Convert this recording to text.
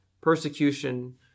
persecution